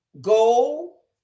Goal